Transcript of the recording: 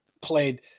played